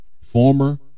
former